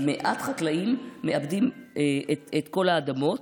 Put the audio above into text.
מעט חקלאים מעבדים את כל האדמות.